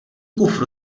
kufru